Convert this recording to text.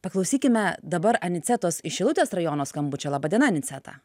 paklausykime dabar anicetos iš šilutės rajono skambučio laba diena aniceta